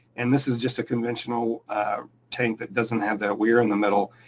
and this is just a conventional tank that doesn't have that weir in the middle.